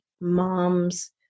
moms